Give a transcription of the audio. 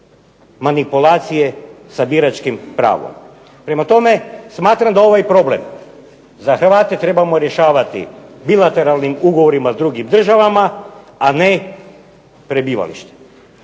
manipulacije sa biračkim pravom. Prema tome, smatram da ovaj problem za Hrvate trebamo rješavati bilateralnim ugovorima s drugim državama, a ne prebivalištem.